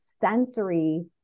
sensory